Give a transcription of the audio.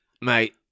Mate